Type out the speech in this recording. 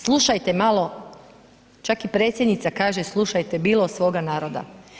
Slušajte malo, čak i predsjednica kaže slušajte bilo svoga naroda.